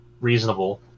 reasonable